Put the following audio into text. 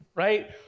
right